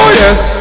yes